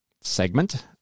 segment